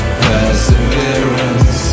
perseverance